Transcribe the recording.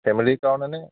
ফেমেলিৰ কাৰণে নে